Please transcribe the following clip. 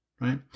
right